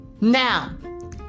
Now